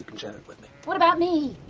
you can share it with me. what about me?